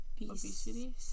obesity